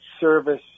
service